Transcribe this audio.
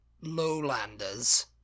lowlanders